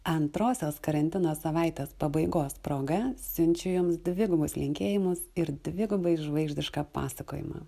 antrosios karantino savaitės pabaigos proga siunčiu jums dvigubus linkėjimus ir dvigubai žvaigždišką pasakojimą